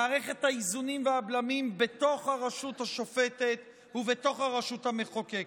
מערכת האיזונים והבלמים בתוך הרשות השופטת ובתוך הרשות המחוקקת.